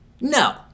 No